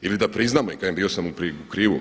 Ili da priznamo i kažem bio sam u krivu.